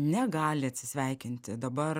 negali atsisveikinti dabar